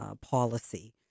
policy